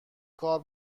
کار